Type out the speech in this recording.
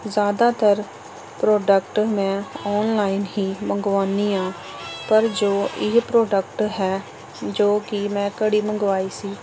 ਜ਼ਿਆਦਾਤਰ ਪ੍ਰੋਡਕਟ ਮੈਂ ਔਨਲਾਇਨ ਹੀ ਮੰਗਵਾਉਂਦੀ ਹਾਂ ਪਰ ਜੋ ਇਹ ਪ੍ਰੋਡਕਟ ਹੈ ਜੋ ਕਿ ਮੈਂ ਘੜੀ ਮੰਗਵਾਈ ਸੀ